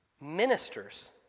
ministers